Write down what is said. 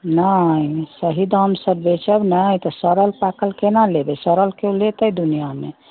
नहि सही दाम से बेचब नहि तऽ सड़ल पाकल केना लेबै सड़ल कोइ लेतै दुनियामे